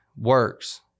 works